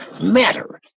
matter